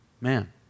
man